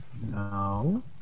No